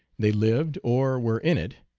they lived or were in it,